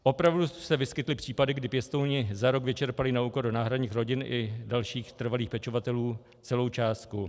Opravdu se vyskytly případy, kdy pěstouni za rok vyčerpali na úkor náhradních rodin i dalších trvalých pečovatelů celou částku.